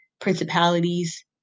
principalities